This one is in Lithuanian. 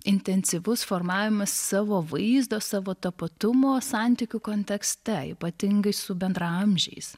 intensyvus formavimas savo vaizdo savo tapatumo santykių kontekste ypatingai su bendraamžiais